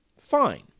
fine